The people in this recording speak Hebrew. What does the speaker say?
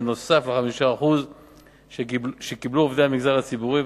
נוסף על 5% שקיבלו עובדי המגזר הציבורי,